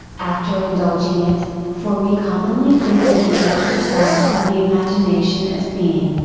after indulging it, for we commonly think of the exercise of the imagination as being,